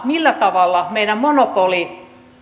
millä tavalla meidän monopolimme